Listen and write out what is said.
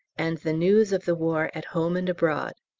and the news of the war at home and abroad.